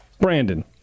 Brandon